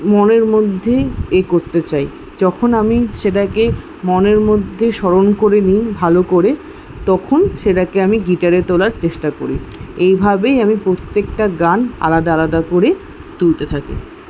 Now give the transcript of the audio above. মনের মধ্যেই এ করতে চাই যখন আমি সেটাকে মনের মধ্যে স্মরণ করে নিই ভালো করে তখন সেটাকে আমি গিটারে তোলার চেষ্টা করি এই ভাবেই আমি প্রত্যেকটা গান আলাদা আলাদা করে তুলতে থাকি